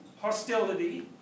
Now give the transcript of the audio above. hostility